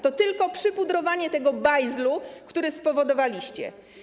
To tylko przypudrowanie tego bajzlu, który spowodowaliście.